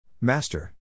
Master